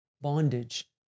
bondage